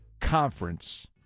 conference